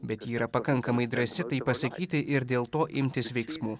bet yra pakankamai drąsi tai pasakyti ir dėl to imtis veiksmų